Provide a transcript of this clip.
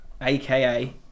aka